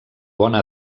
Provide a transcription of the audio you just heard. bona